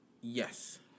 Yes